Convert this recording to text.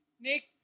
Nick